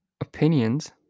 opinions